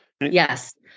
Yes